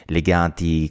legati